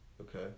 okay